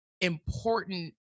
important